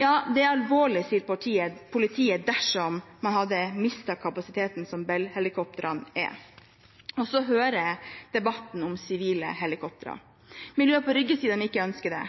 Ja, det er alvorlig, sier politiet, dersom man hadde mistet den kapasiteten som Bell-helikoptrene er. Og så hører jeg debatten om sivile helikoptre. Miljøet på Rygge sier at de ikke ønsker det.